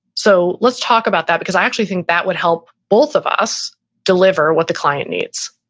so let's talk about that because i actually think that would help both of us deliver what the client needs.